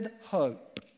hope